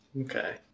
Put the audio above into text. Okay